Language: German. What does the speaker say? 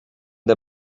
der